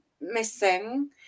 missing